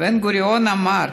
בן-גוריון אמר: